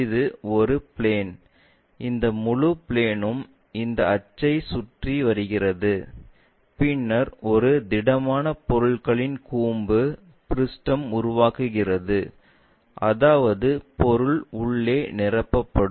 இது ஒரு பிளேன் இந்த முழு பிளேன்ம் இந்த அச்சைச் சுற்றி வருகிறது பின்னர் ஒரு திடமான பொருளின் கூம்பு பிருஷ்டம் உருவாக்குகிறது அதாவது பொருள் உள்ளே நிரப்பப்படும்